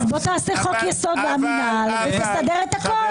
אז תעשה חוק-יסוד: המינהל ותסדר הכול.